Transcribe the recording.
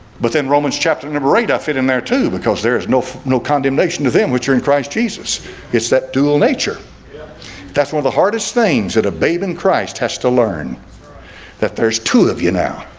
but then romans chapter number eight. i fit in there too because there is no no condemnation to them which are in christ jesus it's that dual nature that's one of the hardest things that a babe in christ has to learn that there's two of you now,